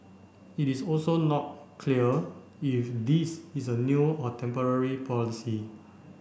it is also not clear if this is a new or temporary policy